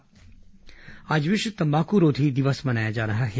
तम्बाकूरोधी दिवस आज विश्व तम्बाकूरोधी दिवस मनाया जा रहा है